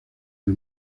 del